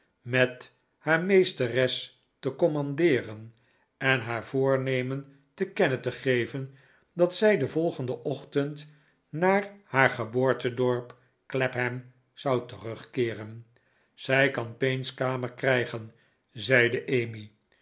met haar meesteres te commandeeren en haar voornemen te kennen te geven dat zij den volgenden ochtend naar haar geboortedorp clapham zou terugkeeren ze kan payne's kamer krijgen zeide emmy